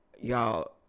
Y'all